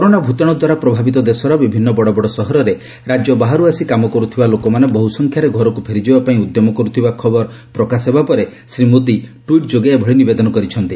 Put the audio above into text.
corona ଭୂତାଣୁ ଦ୍ୱାରା ପ୍ରଭାବିତ ଦେଶର ବିଭିନ୍ନ ବଡ ବଡ ସହରରେ ରାଜ୍ୟ ବାହାରୁ ଆସି କାମ କରୁଥିବା ଲୋକମାନେ ବହୁ ସଂଖ୍ୟାରେ ଘରକୁ ଫେରିଯିବା ପାଇଁ ଉଦ୍ୟମ କରୁଥିବା ଖବର ପ୍ରକାଶ ହେବା ପରେ ଶ୍ରୀ ମୋଦୀ ଟ୍ରୁଇଟ୍ ଯୋଗେ ଏଭଳି ନିବେଦନ କରିଛନ୍ତି